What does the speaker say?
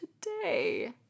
today